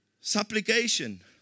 Supplication